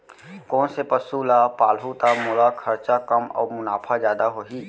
कोन से पसु ला पालहूँ त मोला खरचा कम अऊ मुनाफा जादा होही?